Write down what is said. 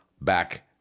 back